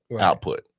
output